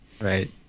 Right